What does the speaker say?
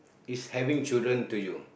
is having children to you